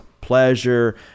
pleasure